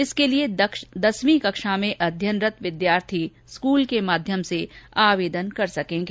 इसके लिए दसवीं कक्षा में अध्यननरत विद्यार्थी स्कूल के माध्यम से आवेदन कर सकेंगे